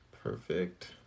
Perfect